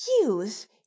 Youth